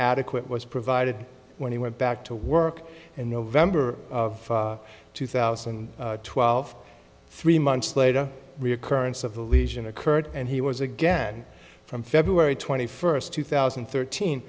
adequate was provided when he went back to work in november of two thousand and twelve three months later reoccurrence of the lesion occurred and he was again from february twenty first two thousand and thirteen